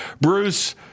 Bruce